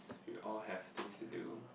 we all have have things to do